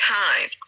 time